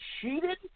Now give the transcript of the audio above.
cheated